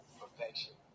perfection